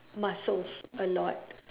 muscles a lot